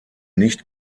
nicht